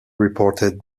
reported